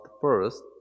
first